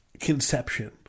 conception